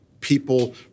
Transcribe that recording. people